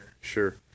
Sure